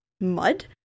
mud